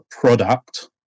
product